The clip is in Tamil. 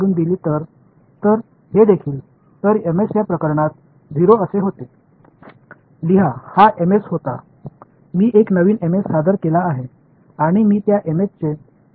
இந்த விஷயத்தில் 0 எழுதுங்கள் இது நான் ஒரு புதியதை அறிமுகப்படுத்தினேன் இந்த இன் மதிப்பாக நான் எதை அமைக்க வேண்டும்